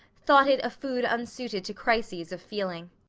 thought it a food unsuited to crises of feeling,